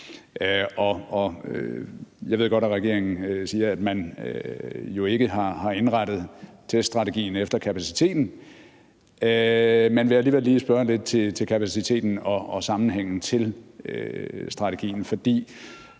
jeg ved godt, at regeringen siger, at man jo ikke har indrettet teststrategien efter kapaciteten, men jeg vil alligevel lige spørge lidt til kapaciteten og sammenhængen med strategien, for